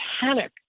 panic